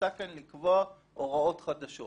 ומוצע כאן לקבוע הוראות חדשות,